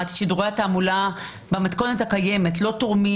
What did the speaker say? שידורי התעמולה במתכונת הקיימת לא תורמים